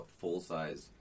full-size